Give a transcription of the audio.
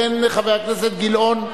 חבר הכנסת גילאון,